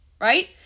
right